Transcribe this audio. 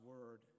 word